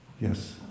Yes